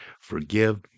Forgive